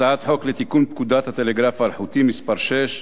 הצעת חוק לתיקון פקודת הטלגרף האלחוטי (מס' 6)